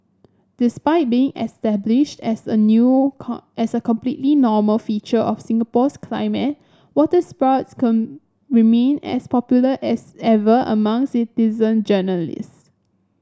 despite being established as a new as a completely normal feature of Singapore's climate waterspouts remain as popular as ever among citizen journalist